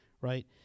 right